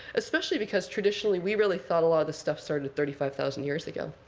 especially because, traditionally, we really thought a lot of this stuff started thirty five thousand years ago.